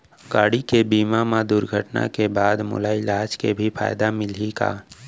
गाड़ी के बीमा मा दुर्घटना के बाद मोला इलाज के भी फायदा मिलही का?